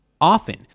Often